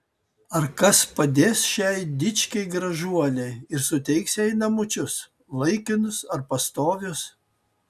ar kas padės šiai dičkei gražuolei ir suteiks jai namučius laikinus ar pastovius